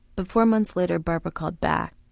but four months later barbara called back.